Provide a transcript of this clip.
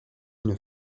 une